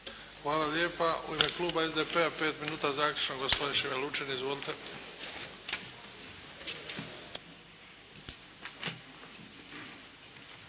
Luka (HDZ)** U ime Kluba SDP-a pet minuta zaključno gospodin Šime Lučin. Izvolite.